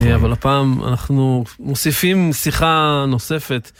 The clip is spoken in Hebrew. אבל הפעם אנחנו מוסיפים שיחה נוספת.